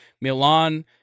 Milan